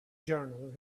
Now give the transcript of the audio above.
journal